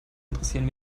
interessieren